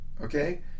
okay